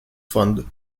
fund